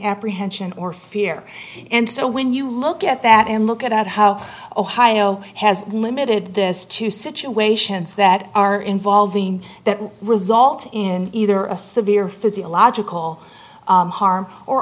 apprehension or fear and so when you look at that and look at how ohio has limited this to situations that are involving that would result in either a severe physiological harm or